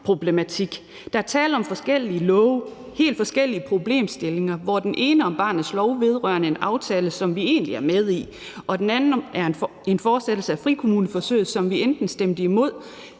samleproblematik. Der er tale om forskellige love og helt forskellige problemstillinger, hvor den ene om barnets lov vedrører en aftale, som vi egentlig er med i, og den anden er en fortsættelse af frikommuneforsøget, som vi stemte imod,